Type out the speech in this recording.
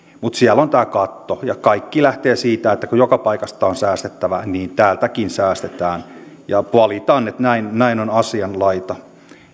mutta siellä on tämä katto ja kaikki lähtee siitä että kun joka paikasta on säästettävä niin täältäkin säästetään valitan että näin näin on asianlaita